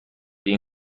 این